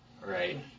right